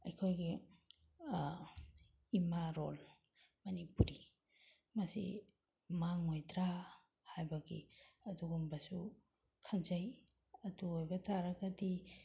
ꯑꯩꯈꯣꯏꯒꯤ ꯏꯃꯥ ꯂꯣꯜ ꯃꯅꯤꯄꯨꯔꯤ ꯃꯁꯤ ꯃꯥꯡꯉꯣꯏꯗ꯭ꯔꯥ ꯍꯥꯏꯕꯒꯤ ꯑꯗꯨꯒꯨꯝꯕꯁꯨ ꯈꯟꯖꯩ ꯑꯗꯨ ꯑꯣꯏꯕ ꯇꯥꯔꯕꯗꯤ